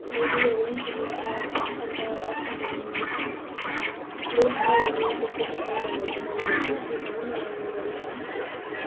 होलीहरू नि खेलिन्छ अन्त ल्होसारहरू जस्तो कि तामाङहरूको मनाउँछ त्यो पनि मनाइने गरिन्छ